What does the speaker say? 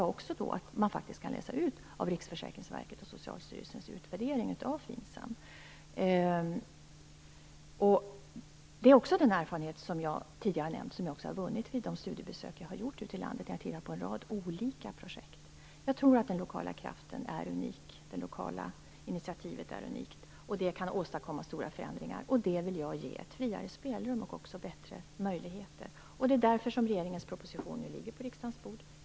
Jag tycker att man kan läsa ut det av Det är också den erfarenhet som jag har vunnit, som jag tidigare har nämnt, vid de studiebesök jag har gjort ute i landet där jag har tittat på en rad olika projekt. Jag tror att den lokala kraften är unik och att det lokala initiativet är unikt, och det kan åstadkomma många förändringar. Det vill jag ge ett friare spelrum och bättre möjligheter. Det är därför som regeringens proposition nu ligger på riksdagens bord.